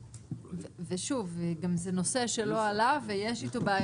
גם זה נושא שלא עלה ויש איתו בעייתיות.